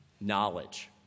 knowledge